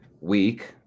week